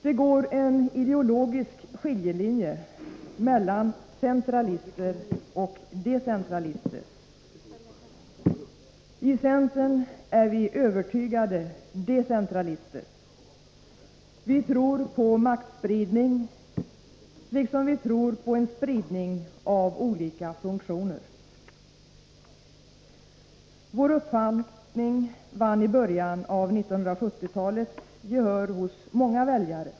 Det går en ideologisk skiljelinje mellan centralister och decentralister. I centern är vi övertygade decentralister. Vi tror på maktspridning liksom vi tror på en spridning av olika funktioner. Vår uppfattning vann i början av 1970-talet gehör hos många väljare.